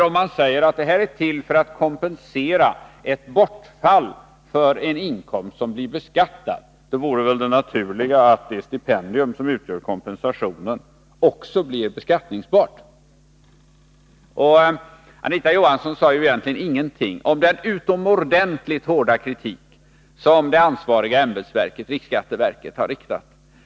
Om man säger att avsikten är att kompensera för bortfall av en inkomst som blir beskattad, vore väl det naturliga att det stipendium som utgör kompensationen också blir beskattningsbart. Anita Johansson sade egentligen ingenting om den utomordentligt hårda kritik som det ansvariga ämbetsverket, riksskatteverket, har framfört.